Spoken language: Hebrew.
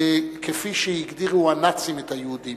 לפי שהגדירו הנאצים את היהודים: